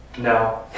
No